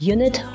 Unit